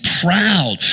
proud